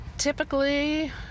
Typically